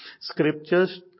Scriptures